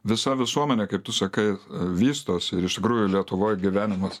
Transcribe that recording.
visa visuomenė kaip tu sakai vystosi ir iš tikrųjų lietuvoj gyvenimas